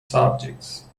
subjects